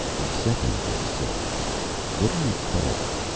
a second voice said what are you called?